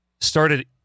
started